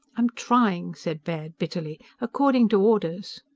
i'm trying, said baird bitterly, according to orders!